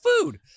food